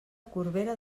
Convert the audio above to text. corbera